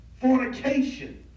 fornication